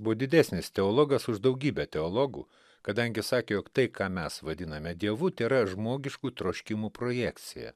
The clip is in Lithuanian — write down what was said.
buvo didesnis teologas už daugybę teologų kadangi sakė jog tai ką mes vadiname dievu tėra žmogiškų troškimų projekcija